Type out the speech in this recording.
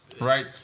right